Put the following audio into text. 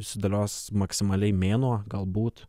sudėlios maksimaliai mėnuo galbūt